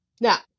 Now